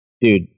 dude